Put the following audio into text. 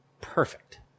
perfect